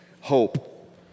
hope